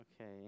Okay